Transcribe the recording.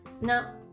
Now